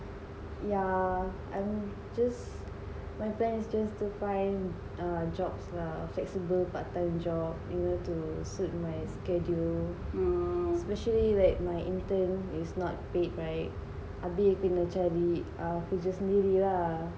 yeah I'm just my friend is just to find a jobs lah flexible part time jobs you know to suit my schedule especially like my intern is not paid right abih kena cari kerja sendiri lah